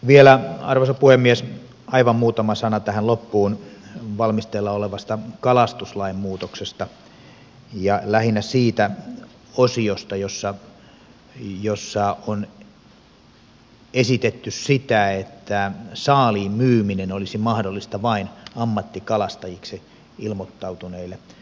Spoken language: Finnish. vielä arvoisa puhemies aivan muutama sana tähän loppuun valmisteilla olevasta kalastuslain muutoksesta ja lähinnä siitä osiosta jossa on esitetty sitä että saaliin myyminen olisi mahdollista vain ammattikalastajiksi ilmoittautuneille toimijoille